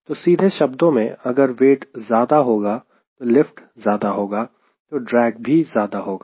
तो सीधे शब्दों में अगर वेट ज्यादा होगा तो लिफ्ट ज्यादा होगा तो ड्रेग भी ज्यादा होगा